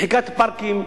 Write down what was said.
מחיקת פארקים,